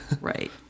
Right